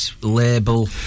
label